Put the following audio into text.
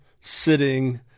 sitting